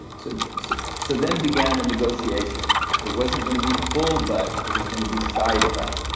so so so then began a negotiation it wasn't going to be full butt, it was going to be side butt